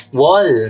wall